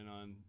on